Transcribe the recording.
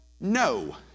no